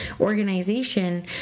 organization